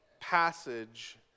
passage